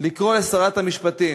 לקרוא לשרת המשפטים,